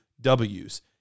Ws